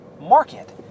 market